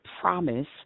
promise